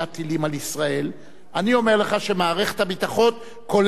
אני אומר לך שמערכת הביטחון כוללת את המשרד לביטחון פנים.